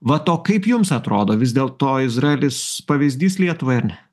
vat o kaip jums atrodo vis dėlto izraelis pavyzdys lietuvai ar ne